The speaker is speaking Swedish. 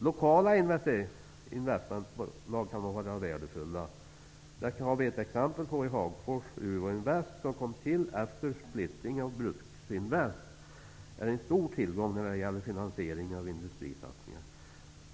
Lokala investmentbolag kan vara värdefulla, det har vi sett exempel på i Hagfors. Uvoinvest, som kom till efter splittringen av Bruksinvest, är en stor tillgång när det gäller att finansiera olika industrisatsningar.